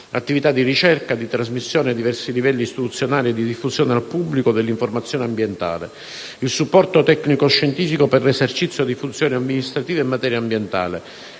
l'attività di ricerca, di trasmissione ai diversi livelli istituzionali e di diffusione al pubblico dell'informazione ambientale, il supporto tecnico-scientifico per l'esercizio di funzioni amministrative in materia ambientale,